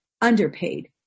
underpaid